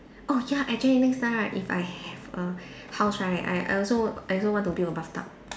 oh ya actually next time right if I have a house right I I also I also want to build a bathtub